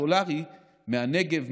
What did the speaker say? סולרי מהנגב,